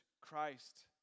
Christ